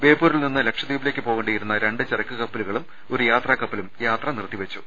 ബേപ്പൂരിൽ നിന്ന് ലക്ഷദ്ധീപിലേക്ക് പോകേ ണ്ടിയിരുന്ന രണ്ട് ചരക്കു കപ്പലുകളും ഒരു യാത്രാക്ക പ്പലും യാത്ര നിർത്തി വെച്ചു